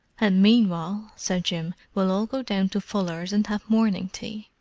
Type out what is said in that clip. and meanwhile, said jim, we'll all go down to fuller's and have morning tea.